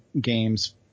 games